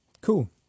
cool